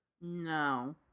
No